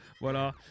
voilà